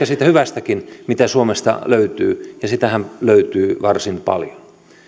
siitä hyvästäkin mitä suomesta löytyy ja sitähän löytyy varsin paljon